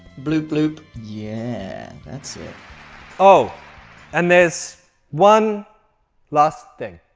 bloop bloop yeah and that's it oh and there's one last thing